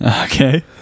Okay